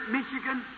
Michigan